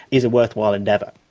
is a worthwhile endeavour.